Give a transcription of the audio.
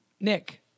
Nick